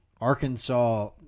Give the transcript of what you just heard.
Arkansas